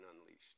unleashed